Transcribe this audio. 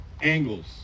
angles